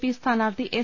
P സ്ഥാനാർത്ഥി S